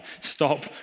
stop